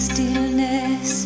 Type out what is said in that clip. Stillness